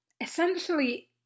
Essentially